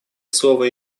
слово